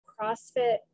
CrossFit